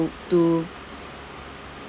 to